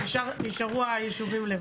נשארו היישובים לבד.